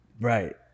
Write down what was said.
Right